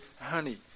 honey